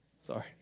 Sorry